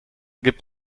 gibt